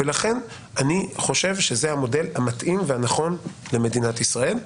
לכן אני חושב שזה המודל המתאים והנכון למדינת ישראל.